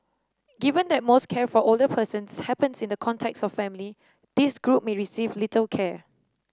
given that most care for older persons happens in the context of family this group may receive little care